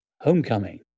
homecoming